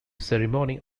ceremony